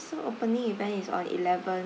so opening event is on eleven